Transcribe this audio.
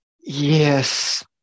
Yes